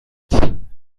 wer